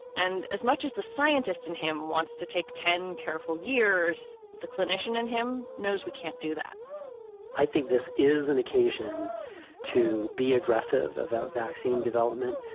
and as much as the scientist in him wants to take ten careful years, the clinician in him knows we can't do that i think this is an occasion to be aggressive about vaccine development.